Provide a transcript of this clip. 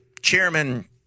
Chairman